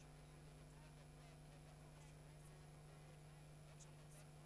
כהן להביא בפני הכנסת את הודעת הממשלה והחלטתה בהתאם לסעיף 31(ב)